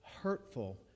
hurtful